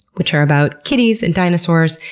which are about kitties and dinosaurs.